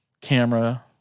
camera